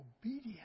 obedience